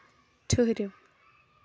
ٹھٕہرِو